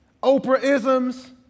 Oprah-isms